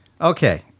Okay